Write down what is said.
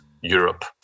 Europe